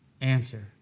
answer